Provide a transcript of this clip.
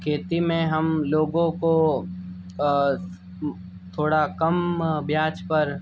खेती में हम लोगो को थोड़ा कम ब्याज पर